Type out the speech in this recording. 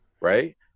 right